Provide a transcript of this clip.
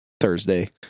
Thursday